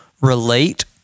relate